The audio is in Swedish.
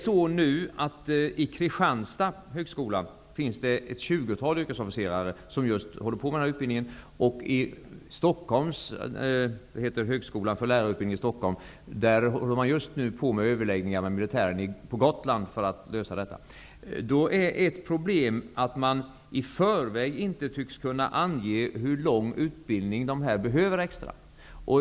Vid Kristianstads högskola genomgår för närvarande ett tjugotal yrkesofficerare denna utbildning, och vid Högskolan för lärarutbildning i Stockholm har man just nu överläggningar med militären på Gotland för att lösa denna fråga. Ett problem är att man inte i förväg tycks kunna ange hur lång extra utbildning som dessa officerare behöver.